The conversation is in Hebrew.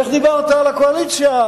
איך דיברת על הקואליציה?